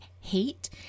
hate